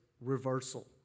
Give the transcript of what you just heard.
reversal